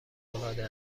العاده